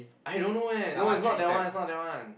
I don't know leh no it's not that one it's not that one